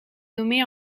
nommé